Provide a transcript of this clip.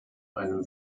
einem